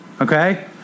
okay